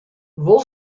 wol